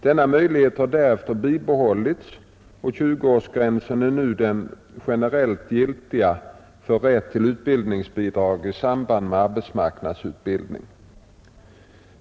Denna möjlighet har därefter bibehållits och 20-årsgränsen är nu den generellt giltiga för rätt till utbildningsbidrag i samband med arbetsmarknadsutbildning.